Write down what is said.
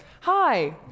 Hi